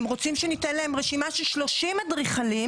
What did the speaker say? הם רוצים שניתן להם רשימה של שלושים אדריכלים,